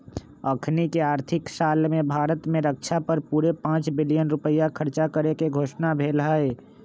अखनीके आर्थिक साल में भारत में रक्षा पर पूरे पांच बिलियन रुपइया खर्चा करेके घोषणा भेल हई